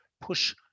push